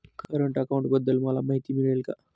Current अकाउंटबद्दल मला माहिती मिळेल का?